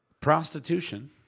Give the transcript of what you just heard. Prostitution